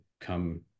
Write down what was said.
come